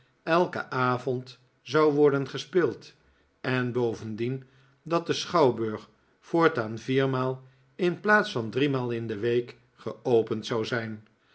elken avond zou worden gespeeld en boyendien dat de schouwburg voortaan viermaal in plaats van driemaal in de week geopend zou zijn